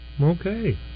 Okay